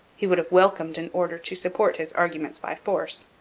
he would have welcomed an order to support his arguments by force.